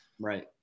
right